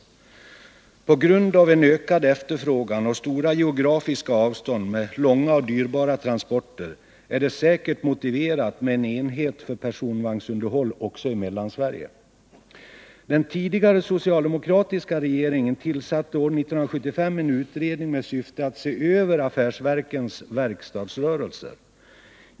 På grund av en ökning av efterfrågan och stora geografiska avstånd med långa och dyrbara transporter är det säkert motiverat med en enhet för personvagnsunderhåll också i Mellansverige. Den socialdemokratiska regeringen tillsatte år 1975 en utredning med syfte att se över affärsverkens verkstadsrörelser.